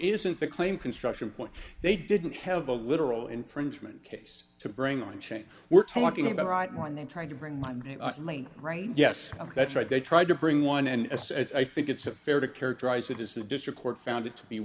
isn't the claim construction point they didn't have a literal infringement case to bring on a change we're talking about right when they're trying to bring my mini bus lane right yes that's right they tried to bring one and it's i think it's fair to characterize it as the district court found it to be